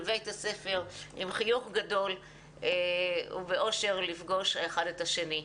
לבית הספר עם חיוך גדול ובאושר לפגוש אחד את השני.